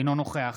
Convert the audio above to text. אינו נוכח